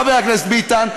חבר הכנסת ביטן,